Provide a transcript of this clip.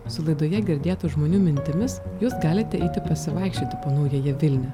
mūsų laidoje girdėtų žmonių mintimis jūs galite eiti pasivaikščioti po naująją vilnią